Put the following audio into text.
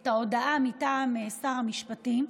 את ההודעה מטעם שר המשפטים.